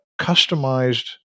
customized